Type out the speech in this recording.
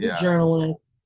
journalist